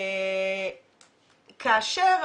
כאשר,